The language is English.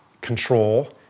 control